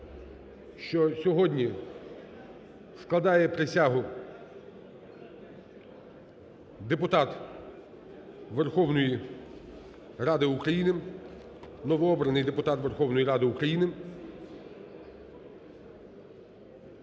що сьогодні складає присягу депутат Верховної Ради України, новообраний депутат Верховної Ради України.